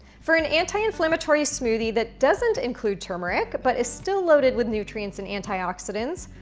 for an anti inflammatory smoothie that doesn't include turmeric, but it's still loaded with nutrients and antioxidants,